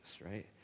right